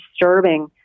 disturbing